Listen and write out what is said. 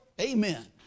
Amen